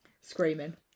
screaming